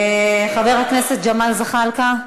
חבר הכנסת ג'מאל זחאלקה?